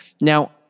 Now